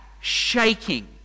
shaking